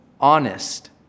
honest